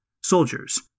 Soldiers